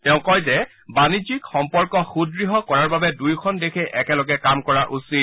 তেওঁ কয় যে বাণিজ্যিক সম্পৰ্ক সুদ্ঢ় কৰাৰ বাবে দুয়োখন দেশে একেলগে কাম কৰা উচিত